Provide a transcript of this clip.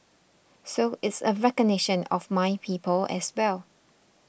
so it's a recognition of my people as well